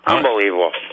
Unbelievable